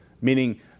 meaning